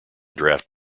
draft